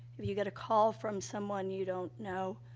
if you get a call from someone you don't know,